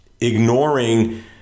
ignoring